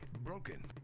broken.